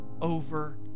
over